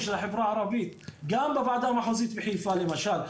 של החברה הערבית גם בוועדה המחוזית בחיפה למשל,